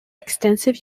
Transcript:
extensive